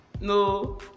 no